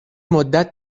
مدت